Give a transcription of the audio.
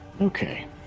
Okay